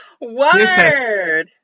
Word